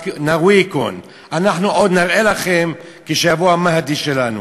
נרוויקון (אומר דברים בשפה הערבית) אנחנו עוד נראה לכם כשיבוא המהדי שלנו.